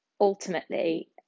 ultimately